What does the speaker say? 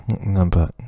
number